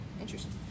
Interesting